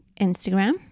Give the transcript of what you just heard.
Instagram